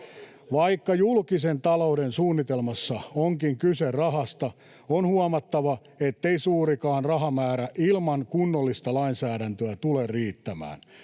Vaikka julkisen talouden suunnitelmassa onkin kyse rahasta, on huomattava, ettei suurikaan rahamäärä ilman kunnollista lainsäädäntöä tule riittämään.